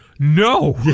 No